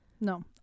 No